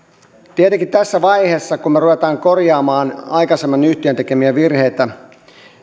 tietenkin tässä vaiheessa kun me rupeamme korjaamaan aikaisemman yhtiön tekemiä virheitä